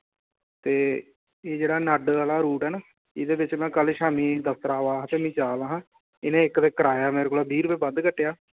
ते एह् जेह्ड़ा नड्ड आह्ला रूट ऐ ते एह्दे ई में कल्ल दफ्तर आस्तै जा दा हा इनें किराया मेरे कोला बद्ध कट्टेआ